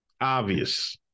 Obvious